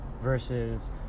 versus